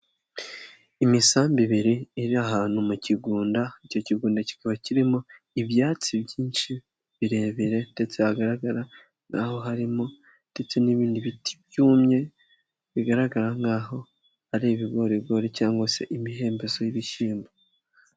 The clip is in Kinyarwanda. Imisambi ibiri, iri ahantu mu kigunda, icyo kigonda kikaba kirimo ibyatsi byinshi, birebire ndetse hagaragara nk'aho harimo ndetse n'ibindi biti byumye, bigaragara nk'aho ari ibigorigoreri cyangwa se imihembezo y'ibishyimbo.